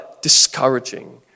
discouraging